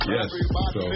Yes